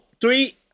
three